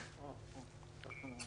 אני חושבת שחשוב מאוד להתייחס להשפעה